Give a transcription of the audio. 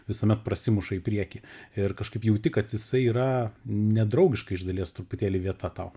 visuomet prasimuša į priekį ir kažkaip jauti kad jisai yra nedraugiška iš dalies truputėlį vieta tau